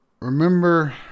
Remember